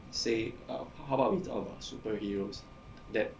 say about how about we talk about superheroes that